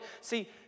See